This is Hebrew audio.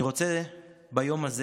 ביום הזה